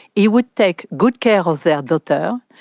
he would take good care of their daughter,